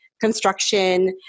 construction